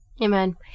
Amen